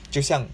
就像